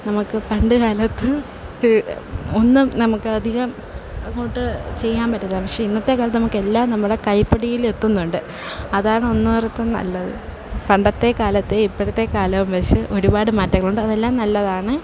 നമുക്ക് പണ്ടുകാലത്ത് ഒന്നും നമുക്ക് അധികം അങ്ങോട്ട് ചെയ്യാൻ പറ്റില്ല പക്ഷെ ഇന്നത്തെ കാലത്ത് നമുക്ക് എല്ലാം നമ്മടെ കൈപ്പിടിയിൽ എത്തുന്നുണ്ട് അതാണ് ഒന്നും നല്ലത് പണ്ടത്തെ കാലത്തെ ഇപ്പോഴത്തെ കാലവും വച്ചു ഒരുപാട് മാറ്റങ്ങളുണ്ട് അതെല്ലാം നല്ലതാണ്